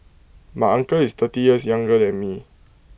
my uncle is thirty years younger than me